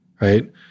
right